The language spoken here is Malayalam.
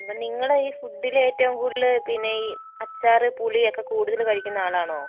അപ്പം നിങ്ങടെയീ ഫുഡ്ഡിൽ ഏറ്റവും കൂടുതൽ പിന്നെ ഈ അച്ചാർ പുളിയൊക്കേ കൂടുതൽ കഴിക്കുന്നയാളാണോ